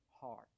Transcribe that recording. heart